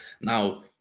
now